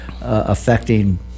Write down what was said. affecting